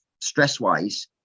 stress-wise